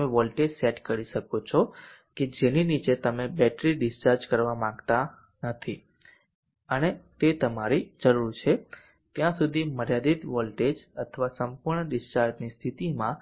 તમે voltage set કરી શકો છો કે જેની નીચે તમે બેટરી ડિસ્ચાર્જ કરવા માંગતા નથી અને તે તમારી જરૂર છે ત્યાં સુધી મર્યાદિત વોલ્ટેજ અથવા સંપૂર્ણ ડીસ્ચાર્જ સ્થિતિમાં